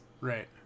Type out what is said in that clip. right